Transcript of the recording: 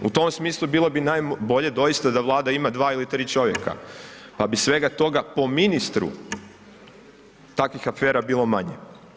U tom smislu bilo bi najbolje doista da Vlada ima dva ili tri čovjeka pa bi svega toga po ministru takvih afera bilo manje.